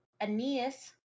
Aeneas